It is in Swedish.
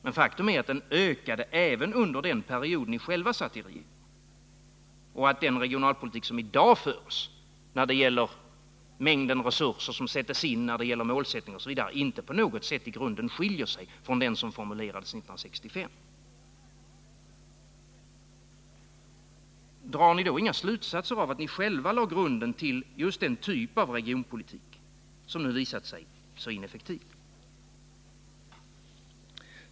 Men faktum är att den ökade även under den period ni själva satt i regeringen och att den regionalpolitik som i dag förs när det gäller mängden resurser, målsättningen osv. inte på något sätt i grunden skiljer sig från den som formulerades 1965. Drar ni inga slutsatser av att ni själva lade grunden till just den typ av regionalpolitik som nu visat sig så ineffektiv?